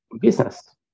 business